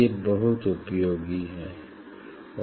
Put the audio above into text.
ये बहुत उपयोगी है